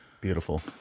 Beautiful